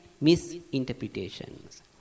misinterpretations